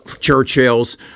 Churchill's